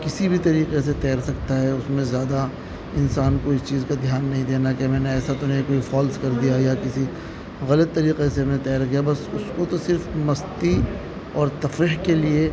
کسی بھی طریقے سے تیر سکتا ہے اس میں زیادہ انسان کو اس چیز کا دھیان نہیں دینا کہ میں نے ایسا تو نہیں کوئی فالس کر دیا یا کسی غلط طریقے سے میں تیر گیا بس اس کو تو صرف مستی اور تفریح کے لیے